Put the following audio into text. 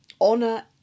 honor